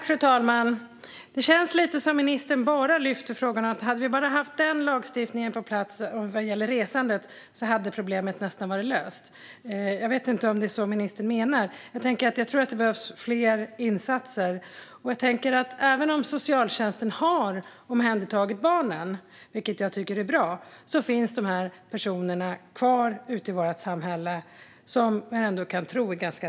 Fru talman! Det känns lite som att ministern bara lyfter fram att problemet nästan hade varit löst om vi hade haft lagstiftningen om resandet på plats. Jag vet inte om det är så ministern menar. Jag tror dock att det behövs fler insatser. Även om socialtjänsten har omhändertagit barnen, vilket jag tycker är bra, finns dessa personer, som man ändå kan tro är ganska radikaliserade, kvar ute i vårt samhälle.